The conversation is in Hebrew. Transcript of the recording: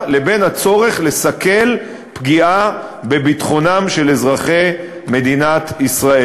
לבין הצורך לסכל פגיעה בביטחונם של אזרחי ישראל.